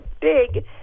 big